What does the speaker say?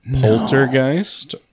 Poltergeist